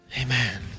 amen